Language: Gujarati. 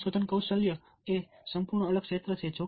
સંશોધન કૌશલ્ય એ સંપૂર્ણ અલગ ક્ષેત્ર છે